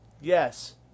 Yes